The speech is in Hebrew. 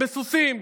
בסוסים,